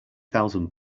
thousand